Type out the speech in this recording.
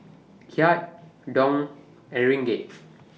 Kyat Dong and Ringgit